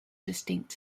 distinct